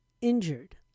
injured